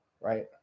right